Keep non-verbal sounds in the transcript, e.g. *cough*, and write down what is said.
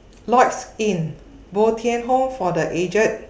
*noise* Lloyds Inn Bo Tien Home For The Aged